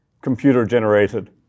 computer-generated